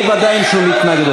לי בוודאי אין שום התנגדות.